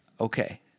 okay